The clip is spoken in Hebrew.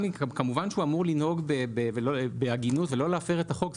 כמובן שהוא אמור לנהוג בהגינות ולא להפר את החוק,